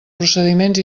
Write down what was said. procediments